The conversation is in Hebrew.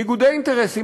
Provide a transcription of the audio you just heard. ניגודי אינטרסים.